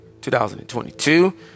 2022